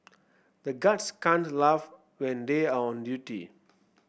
the guards can't laugh when they are on duty